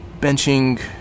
benching